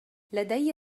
لدي